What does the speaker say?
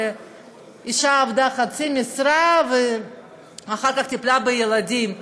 שאישה עבדה בחצי משרה ואחר כך טיפלה בילדים.